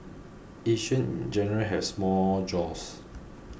Asians in general has small jaws